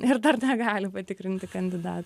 ir dar negali patikrinti kandidatų